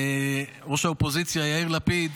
ראש האופוזיציה יאיר לפיד